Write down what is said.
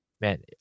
man